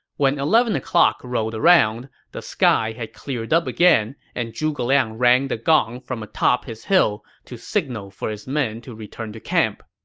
when eleven o'clock rolled around, the sky had cleared up again, and zhuge liang rang the gong from atop his hill to signal for his men to return to camp.